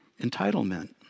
Entitlement